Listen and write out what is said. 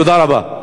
תודה רבה.